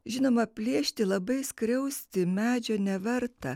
žinoma plėšti labai skriausti medžio neverta